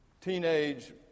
teenage